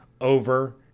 over